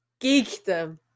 geekdom